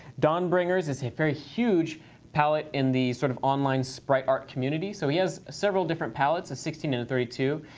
dawn bringers is a very huge palette in the sort of online sprite art community. so he has several different palettes of sixteen and thirty two.